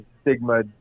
stigma